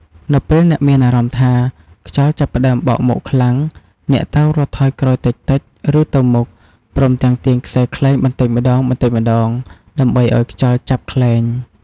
នៅពេលអ្នកមានអារម្មណ៍ថាខ្យល់ចាប់ផ្តើមបក់មកខ្លាំង អ្នកត្រូវរត់ថយក្រោយតិចៗ ឬទៅមុខ ព្រមទាំងទាញខ្សែខ្លែងបន្តិចម្តងៗ ដើម្បីឱ្យខ្យល់ចាប់ខ្លែង។